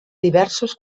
diversos